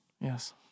yes